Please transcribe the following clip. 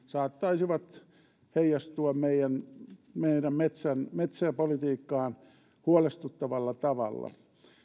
saattaisivat heijastua meidän metsäpolitiikkaan huolestuttavalla tavalla